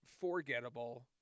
forgettable